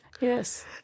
Yes